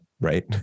right